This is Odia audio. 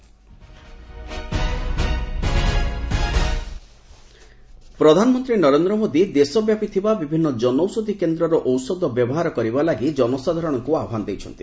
ପିଏମ୍ ଜନୌଷଧ୍ୟ ପ୍ରଧାନମନ୍ତ୍ରୀ ନରେନ୍ଦ୍ର ମୋଦି ଦେଶବ୍ୟାପି ଥିବା ବିଭିନ୍ନ ଜନଷୌଧ୍ୟ କେନ୍ଦର ଔଷଧ ବ୍ୟବହାର କରିବା ଲାଗି ଜନସାଧାରଣଙ୍କ ଆହ୍ବାନ ଦେଇଛନ୍ତି